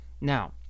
Now